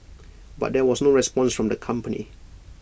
but there was no response from the company